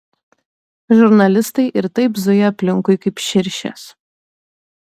žurnalistai ir taip zuja aplinkui kaip širšės